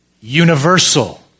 universal